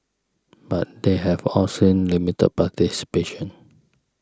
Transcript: but they have all seen limited participation